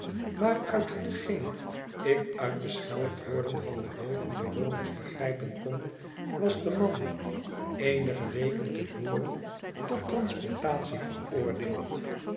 maar uit hetgeen ik uit de scheldwoorden van de bovenbewoners begrijpen kon was de man eenige weken te voren tot transportatie veroordeeld